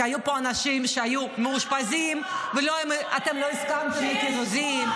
כי היו פה אנשים שהיו מאושפזים ואתם לא הסכמתם לקיזוזים.